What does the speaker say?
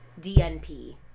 DNP